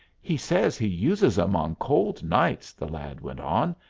he says he uses em on cold nights, the lad went on.